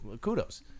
kudos